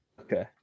Okay